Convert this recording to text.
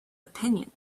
opinion